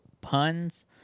puns